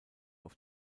auf